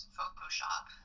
Photoshop